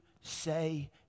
say